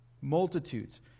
Multitudes